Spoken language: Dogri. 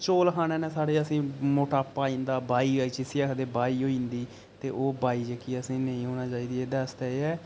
चौल खाने ने साढ़े असैं ई मटापा आई जंदा बाई जिसी आखदे बाई होई जंदी ते ओह् बाई जेह्की असैं गी नेईं होना चाहिदी ते एह्दे आस्तै एह् ऐ